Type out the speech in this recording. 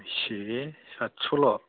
सै साटस'ल'